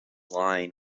lying